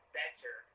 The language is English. better